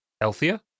Healthier